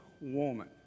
woman